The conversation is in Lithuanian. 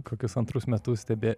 kokius antrus metus stebė